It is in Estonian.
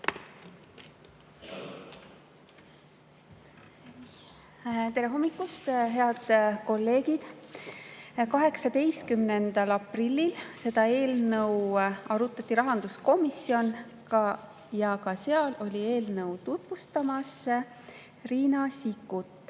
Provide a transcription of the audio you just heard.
Tere hommikust, head kolleegid! 18. aprillil arutati seda eelnõu rahanduskomisjonis ja ka seal oli eelnõu tutvustamas Riina Sikkut.